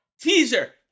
teaser